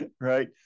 right